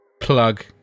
plug